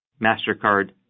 MasterCard